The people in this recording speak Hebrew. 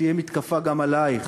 שתהיה מתקפה גם עלייך,